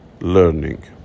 learning